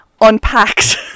unpacked